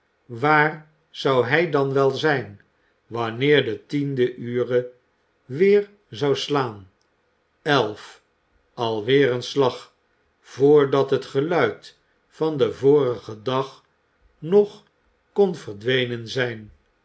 waar zou hij dan wel zijn wanneer de tiende ure weer zou slaan elf alweer een slag voordat het geluid van den vorigen dag nog kon verdwenen zijn